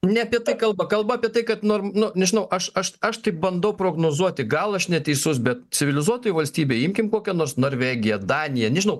ne apie tai kalba kalba apie tai kad norm nu nežinau aš aš aš tai bandau prognozuoti gal aš neteisus bet civilizuotoj valstybėj imkim kokią nors norvegiją daniją nežinau